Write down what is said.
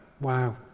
wow